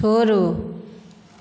छोड़ो